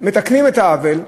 מתקנים את העוול?